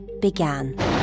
began